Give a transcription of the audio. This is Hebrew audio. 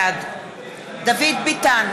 בעד דוד ביטן,